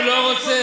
הוא לא רוצה.